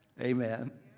Amen